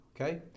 Okay